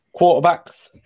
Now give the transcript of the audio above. quarterbacks